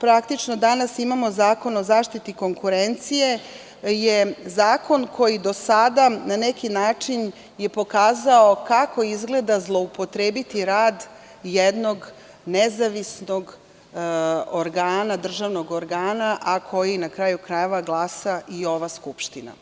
praktično danas imamo, Zakon o zaštiti konkurencije, je zakon koji do sada je, na neki način, pokazao kako izgleda zloupotrebiti rad jednog nezavisnog državnog organa, a koji, na kraju krajeva, glasa i ova Skupština.